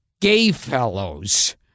Gayfellows